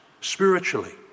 spiritually